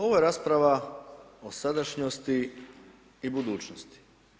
Ovo je rasprava o sadašnjosti i budućnosti.